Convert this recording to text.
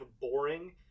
boring